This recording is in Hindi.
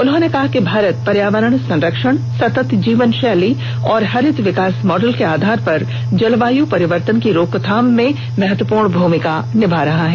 उन्होंने कहा कि भारत पर्यावरण संरक्षण सतत जीवनशैली और हरित विकास मॉडल के आधार पर जलवायु परिवर्तन की रोकथाम में महत्वपूर्ण भूमिका निभा रहा है